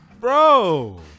bro